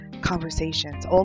conversations